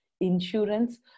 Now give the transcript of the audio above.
insurance